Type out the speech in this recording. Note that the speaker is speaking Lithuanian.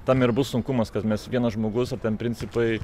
tame ir bus sunkumas kad mes vienas žmogus ar ten principai